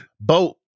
boat